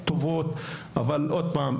ומאוד קשה לנו לבנות,